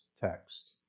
text